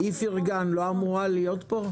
איפרגן לא אמורה להיות כאן?